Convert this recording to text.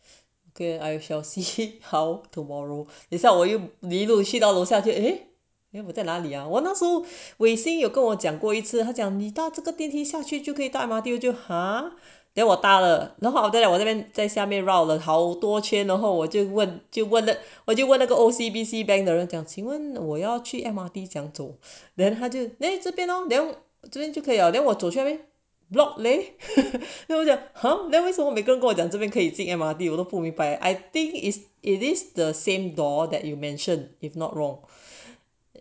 okay I shall see how tomorrow it's what will you 迷路系到楼下就 eh then 我在哪里 ah weixin 有跟我讲过一次他讲你到这个电梯下去就可以带 M_R_T 就 !huh! then 我打了那好的了我这边在下面 round 了签的话我就问就 O_C_B_C bank 奖请问我要去 M_R_T 这样 two then 他就那这边 lor then 最近就可以了 then 我走权威 blog 嘞有点 her then 为什么没跟跟我讲这边可以进 M_R_T 有都不明白 I think is it is the same door that you mention if not wrong